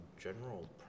general